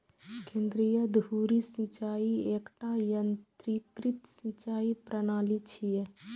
केंद्रीय धुरी सिंचाइ एकटा यंत्रीकृत सिंचाइ प्रणाली छियै